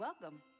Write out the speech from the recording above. welcome